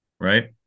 right